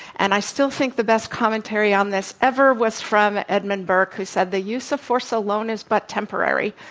and i still think the best commentary on this ever was from edmund burke, who said the use of force alone is but temporary.